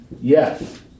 Yes